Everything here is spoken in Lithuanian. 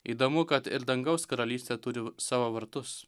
įdomu kad ir dangaus karalystė turi savo vartus